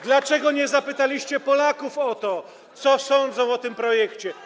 Dlaczego nie zapytaliście Polaków, co sądzą o tym projekcie?